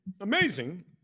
amazing